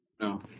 no